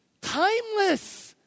Timeless